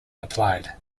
applied